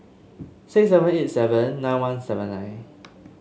six seven eight seven nine one seven nine